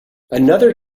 another